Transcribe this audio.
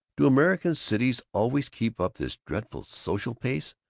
do american cities always keep up this dreadful social pace?